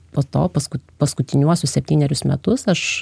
po to pasku paskutiniuosius septynerius metus aš